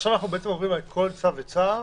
עכשיו אנחנו עוברים על כל צו וצו